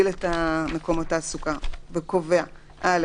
3. (א)